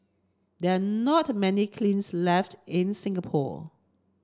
there are not many kilns left in Singapore